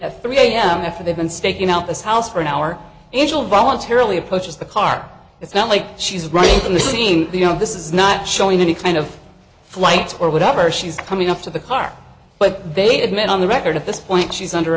at three am after they've been staking out this house for an hour initial voluntarily approaches the car it's not like she's right in the scene you know this is not showing any kind of flight or whatever she's coming up to the car but they have met on the record at this point she's under